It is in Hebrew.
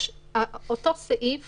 אותו סעיף